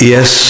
Yes